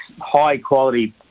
high-quality